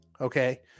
Okay